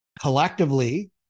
collectively